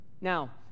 Now